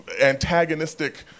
antagonistic